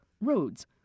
roads